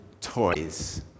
toys